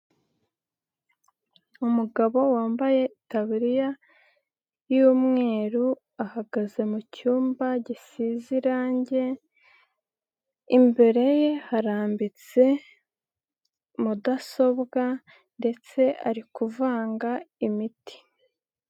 Umugabo wambaye itaburiya y'umweru ahagaze mu cyumba gisize irange, imbere ye harambitse mudasobwa ndetse ari kuvanga imiti.